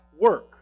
work